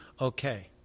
okay